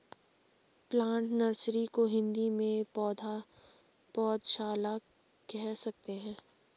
plant nursery को हिंदी में पौधशाला कह सकते हैं